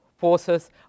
Forces